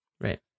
right